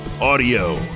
Audio